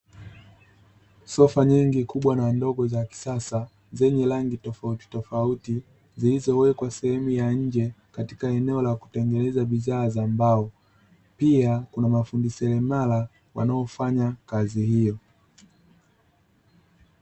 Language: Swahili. Sofa nyingi kubwa na ndogo za kisasa zenye rangi tofautitofauti, zilizowekwa sehemu ya nje katika eneo la kutengeneza bidhaa za mbao. Pia kuna mafundi seremala wanaofanya kazi hiyo.